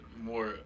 more